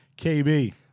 KB